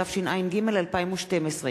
התשע"ג 2012,